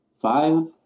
Five